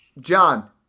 John